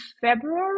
February